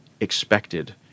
expected